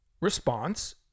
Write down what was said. response